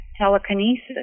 telekinesis